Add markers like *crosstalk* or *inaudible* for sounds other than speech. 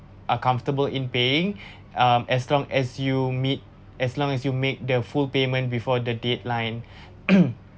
are comfortable in paying um as long as you meet as long as you make the full payment before the deadline *coughs*